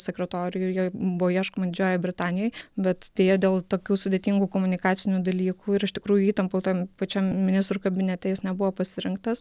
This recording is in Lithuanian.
sekretorių ir jo buvo ieškoma didžiojoj britanijoj bet deja dėl tokių sudėtingų komunikacinių dalykų ir iš tikrųjų įtampų tam pačiam ministrų kabinete jis nebuvo pasirinktas